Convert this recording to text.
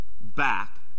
back